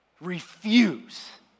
refuse